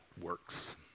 works